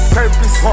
purpose